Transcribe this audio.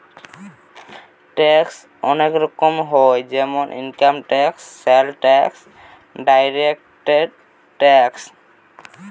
ট্যাক্সে অনেক রকম হয় যেমন income tax, sales tax, direct tax